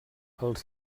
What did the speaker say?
els